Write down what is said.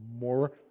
more